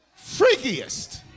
Freakiest